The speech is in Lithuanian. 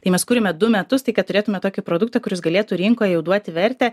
tai mes kūrėme du metus tai kad turėtume tokį produktą kuris galėtų rinkoj jau duoti vertę